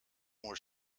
were